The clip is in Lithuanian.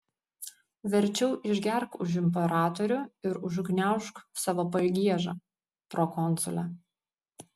verčiau išgerk už imperatorių ir užgniaužk savo pagiežą prokonsule